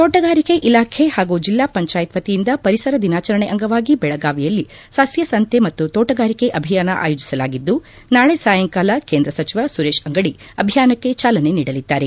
ತೋಟಗಾರಿಕೆ ಇಲಾಖೆ ಹಾಗೂ ಜಿಲ್ಲಾ ಪಂಚಾಯತ್ ವತಿಯಿಂದ ಪರಿಸರ ದಿನಾಚರಣೆ ಅಂಗವಾಗಿ ಬೆಳಗಾವಿಯಲ್ಲಿ ಸಸ್ಯ ಸಂತೆ ಮತ್ತು ತೋಟಗಾರಿಕೆ ಅಭಿಯಾನ ಆಯೋಜಿಸಲಾಗಿದ್ದು ನಾಳೆ ಸಾಯಂಕಾಲ ಕೇಂದ್ರ ಸಚಿವ ಸುರೇಶ ಅಂಗಡಿ ಅಭಿಯಾನಕ್ಕೆ ಚಾಲನೆ ನೀಡಲಿದ್ದಾರೆ